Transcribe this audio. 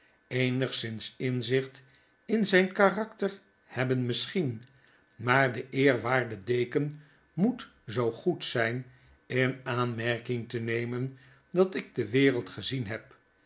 eenigszins inzicht in zijn karakter hebben misschien maar de eerwaarde deken moet zoo goed zijn in aanmerking te nemen dat ik de wereld gezien heb